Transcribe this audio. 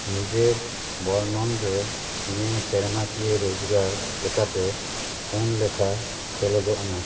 ᱱᱤᱡᱮ ᱵᱚᱨᱱᱚᱱ ᱨᱮ ᱤᱧᱟᱹᱝ ᱥᱮᱨᱢᱟ ᱠᱤᱭᱟᱹ ᱨᱚᱡᱽᱜᱟᱨ ᱞᱮᱠᱟᱛᱮ ᱯᱩᱱ ᱞᱮᱠᱷᱟ ᱥᱮᱞᱮᱫᱟᱜ ᱢᱮ